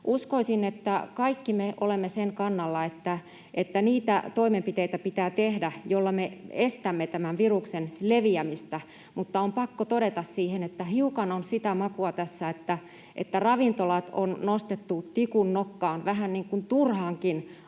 Uskoisin, että kaikki me olemme sen kannalla, että pitää tehdä niitä toimenpiteitä, joilla me estämme tämän viruksen leviämistä, mutta on pakko todeta, että hiukan on sitä makua tässä, että ravintolat on nostettu tikun nokkaan vähän niin kuin turhankin